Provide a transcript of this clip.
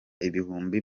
ibihumbi